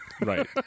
Right